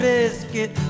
Biscuit